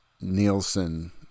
Nielsen